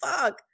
fuck